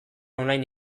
online